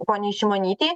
poniai šimonytei